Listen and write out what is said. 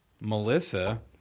melissa